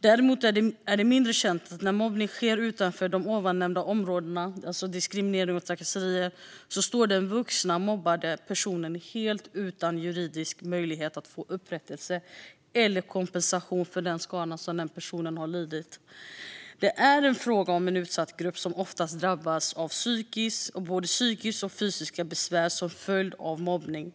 Däremot är det mindre känt att när mobbning sker utanför de nämnda områdena, alltså diskriminering och trakasserier, står den vuxna mobbade personen helt utan juridisk möjlighet att få upprättelse eller kompensation för den skada som denna person har lidit. Det är fråga om en utsatt grupp som ofta drabbas av både psykiska och fysiska besvär som en följd av mobbning.